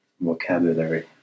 vocabulary